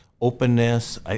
openness